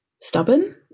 Stubborn